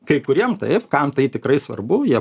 kai kuriem taip kam tai tikrai svarbu jie